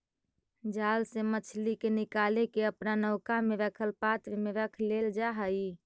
जाल से मछली के निकालके अपना नौका में रखल पात्र में रख लेल जा हई